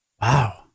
Wow